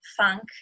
funk